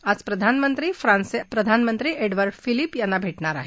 आज प्रधानमंत्री फ्रान्सचे प्रधानमंत्री एडवर्ड फिलिप यांना भेटणार आहेत